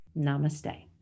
Namaste